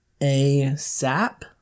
ASAP